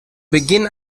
beginn